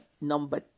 number